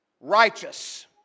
righteous